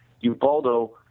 Ubaldo